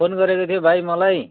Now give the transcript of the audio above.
phone गरेको थियो भाइ मलाई